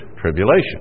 tribulation